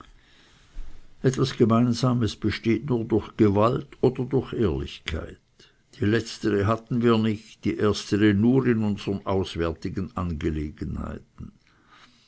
etwas gemeinsames besteht nur durch gewalt oder durch ehrlichkeit die letztere hatten wir nicht die erstere nur in unsern auswärtigen angelegenheiten